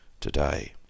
today